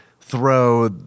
throw